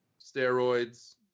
Steroids